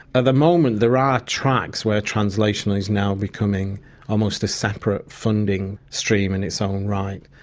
at the moment there are tracks where translational is now becoming almost a separate funding stream in its own right.